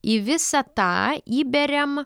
į visą tą įberiam